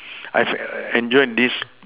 I have en~ enjoyed this